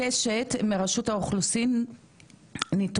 נתונים לגבי מספר הכניסות של עובדים